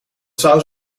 saus